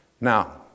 now